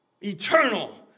eternal